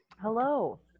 hello